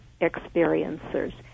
experiencers